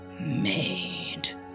made